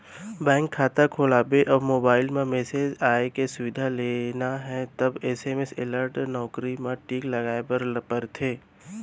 bank खाता खोलवाबे अउ मोबईल म मेसेज आए के सुबिधा लेना हे त एस.एम.एस अलर्ट नउकरी म टिक लगाए बर परथे